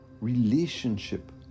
relationship